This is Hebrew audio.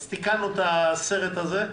אז תיקנו את הסרט הזה.